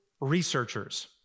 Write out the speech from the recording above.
researchers